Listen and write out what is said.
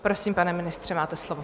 Prosím, pane ministře, máte slovo.